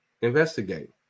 Investigate